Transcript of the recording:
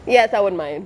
yes I would mind